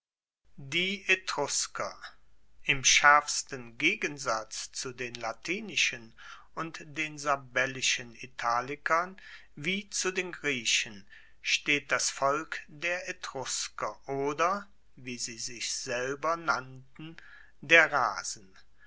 die etrusker im schaerfsten gegensatz zu den latinischen und den sabellischen italikern wie zu den griechen steht das volk der etrusker oder wie sie sich selber nannten der rasen